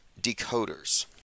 decoders